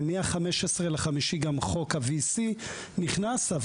ומה-15.5 גם חוק ה-VC נכנס.